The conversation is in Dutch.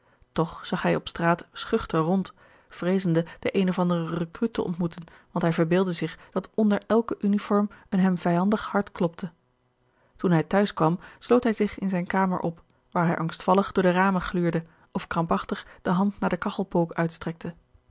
toch zag hij op straat schuchter rond vreezende den een of ander rekruut te ontmoeten want hij verbeeldde zich dat onder elke uniform een hem vijandig hart klopte toen hij te huis kwam sloot hij zich in zijne kamer op waar hij angstvallig door de ramen gluurde of krampachtig de hand naar den kagchelpook uitstrekte